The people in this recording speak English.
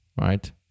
right